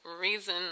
reason